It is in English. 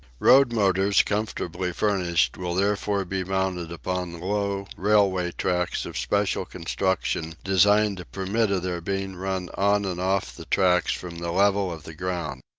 road-motors, comfortably furnished, will therefore be mounted upon low railway trucks of special construction, designed to permit of their being run on and off the trucks from the level of the ground.